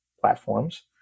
platforms